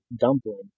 Dumpling